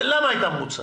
למה היית מרוצה?